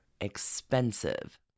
expensive